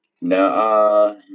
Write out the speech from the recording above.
No